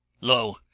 Lo